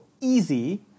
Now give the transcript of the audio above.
easy